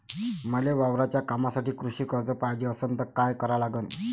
मले वावराच्या कामासाठी कृषी कर्ज पायजे असनं त काय कराव लागन?